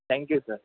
thank you sir